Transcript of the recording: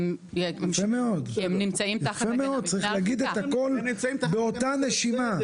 יפה מאוד, צריך להגיד את הכל באותה נשימה.